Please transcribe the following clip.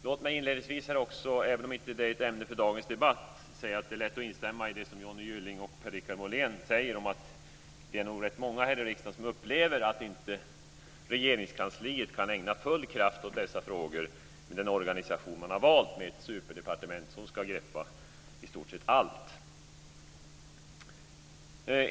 Låt mig inledningsvis här också, även om det inte är ett ämne för dagens debatt, säga att det är lätt att instämma i det som Johnny Gylling och Per-Richard Molén säger om att det nog är rätt många här i riksdagen som upplever att Regeringskansliet inte kan ägna full kraft åt dessa frågor med den organisation som man har valt med ett superdepartement som ska greppa i stort sett allt.